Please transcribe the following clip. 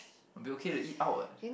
it'll be okay to eat out what